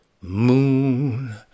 moon